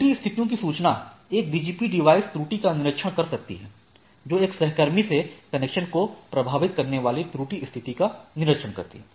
त्रुटि स्थितियों की सूचना एक BGP डिवाइस त्रुटि का निरीक्षण कर सकती है जो एक सहकर्मी से कनेक्शन को प्रभावित करने वाली त्रुटि स्थिति का निरीक्षण करती है